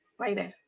right there.